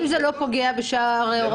אם זה לא פוגע בשאר ההוראות.